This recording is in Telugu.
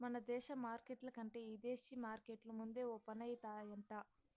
మన దేశ మార్కెట్ల కంటే ఇదేశీ మార్కెట్లు ముందే ఓపనయితాయంట